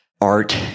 art